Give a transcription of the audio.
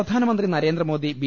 പ്രധാനമന്ത്രി നരേന്ദ്രമോദി ബി